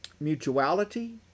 Mutuality